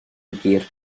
gur